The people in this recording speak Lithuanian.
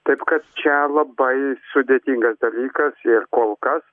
taip kad čia labai sudėtingas dalykas ir kol kas